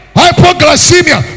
hypoglycemia